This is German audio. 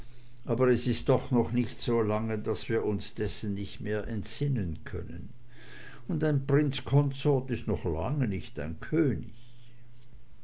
aber es ist doch noch nicht so lange daß wir uns dessen nicht mehr entsinnen könnten und ein prince consort ist noch lange nicht ein könig